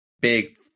big